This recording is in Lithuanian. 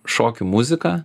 šokių muzika